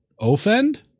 offend